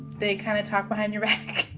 they kind of talk behind your back